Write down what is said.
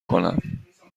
کنم